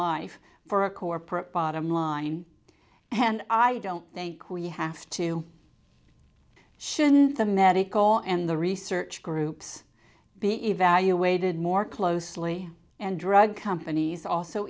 life for a corporate bottom line and i don't think we have to shouldn't the medical and the research groups be evaluated more closely and drug companies also